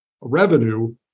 revenue